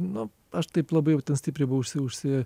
nu aš taip labai stipriai buvau užsi užsi